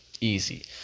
Easy